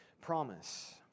promise